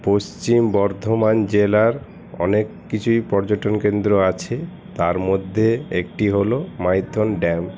পশ্চিম বর্ধমান জেলার অনেক কিছুই পর্যটন কেন্দ্র আছে তার মধ্যে একটি হলো মাইথন ড্যাম